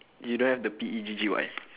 you don't have the P E G G Y